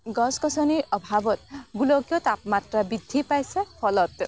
গছ গছনিৰ অভাৱত গোলকীয় তাপমাত্ৰা বৃদ্ধি পাইছে ফলত